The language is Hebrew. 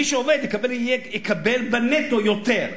מי שעובד יקבל בנטו יותר.